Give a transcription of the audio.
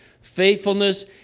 faithfulness